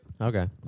Okay